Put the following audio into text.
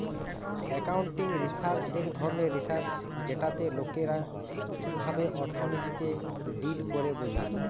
accounting research এক ধরণের research যেটাতে লোকরা কিভাবে অর্থনীতিতে ডিল করে বোঝা